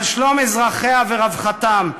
על שלום אזרחיה ורווחתם,